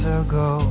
ago